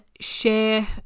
share